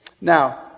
Now